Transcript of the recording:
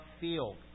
field